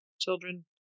children